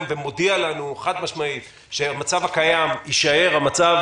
ומודיע לנו חד-משמעית שהמצב הקיים יישאר המצב